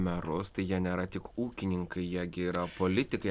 merus tai jie nėra tik ūkininkai jie gi yra politikai